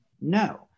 No